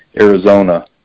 Arizona